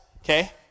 okay